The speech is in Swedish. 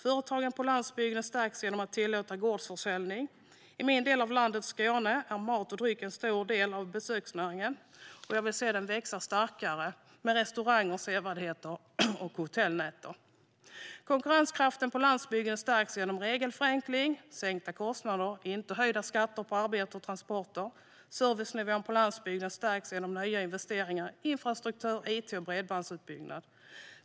Företagen på landsbygden stärks genom att tillåta gårdsförsäljning. I min del av landet, Skåne, är mat och dryck en stor del av besöksnäringen, och jag vill se den växa starkare med restauranger, sevärdheter och hotellnätter. Konkurrenskraften på landsbygden stärks genom regelförenkling och sänkta kostnader, inte genom höjda skatter på arbete och transporter. Servicenivån på landsbygden stärks genom nya investeringar, infrastruktur, it och bredbandsutbyggnad.